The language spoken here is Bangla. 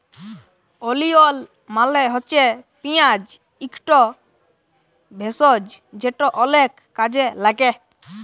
ওলিয়ল মালে হছে পিয়াঁজ ইকট ভেষজ যেট অলেক কাজে ল্যাগে